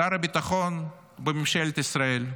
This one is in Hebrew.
שר הביטחון בממשלת ישראל,